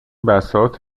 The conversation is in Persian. بساط